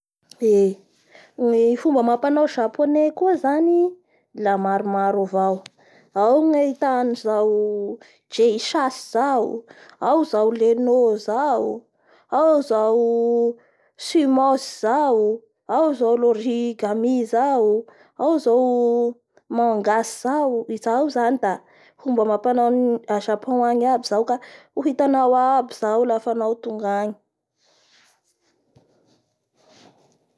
Les panquistan izay da ny musulmane izay ny fivavaha agny, da islame da mb mbo fivavaha agny avao koa io zany ro eken'ny fanjaka.